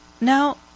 Now